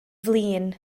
flin